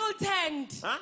tent